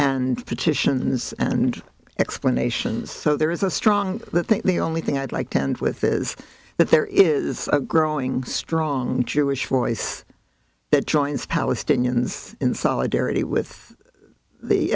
and petitions and explanations so there is a strong that think the only thing i'd like to end with is that there is a growing strong jewish voice that joins the palestinians in solidarity with the